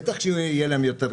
בטח שיהיה להם יותר רווחי,